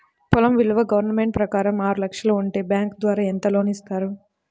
పొలం విలువ గవర్నమెంట్ ప్రకారం ఆరు లక్షలు ఉంటే బ్యాంకు ద్వారా ఎంత లోన్ ఇస్తారు?